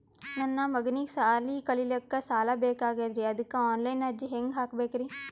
ನನ್ನ ಮಗನಿಗಿ ಸಾಲಿ ಕಲಿಲಕ್ಕ ಸಾಲ ಬೇಕಾಗ್ಯದ್ರಿ ಅದಕ್ಕ ಆನ್ ಲೈನ್ ಅರ್ಜಿ ಹೆಂಗ ಹಾಕಬೇಕ್ರಿ?